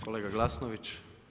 Kolega Glasnović.